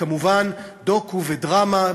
וכמובן דוקו ודרמה,